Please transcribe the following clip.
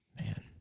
man